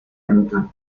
anclan